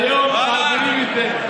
חבל על הזמן,